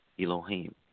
Elohim